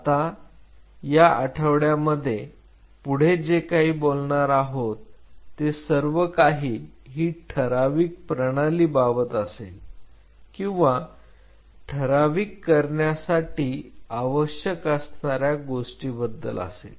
आता या आठवड्यामध्ये पुढे जे काही बोलणार आहोत ते सर्व काही ही ठराविक प्रणाली बाबत असेल किंवा ठराविक करण्यासाठी आवश्यक असणाऱ्या गोष्टींबद्दल असेल